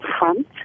front